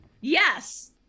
Yes